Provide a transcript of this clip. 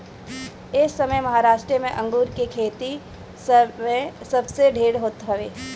एसमय महाराष्ट्र में अंगूर के खेती सबसे ढेर होत हवे